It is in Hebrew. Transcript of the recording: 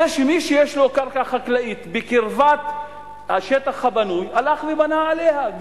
זה שמי שיש לו קרקע חקלאית בקרבת השטח הבנוי הלך ובנה עליה,